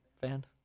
fan